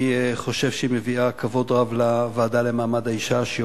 אני חושב שהיא מביאה כבוד רב לוועדה למעמד האשה כשהיא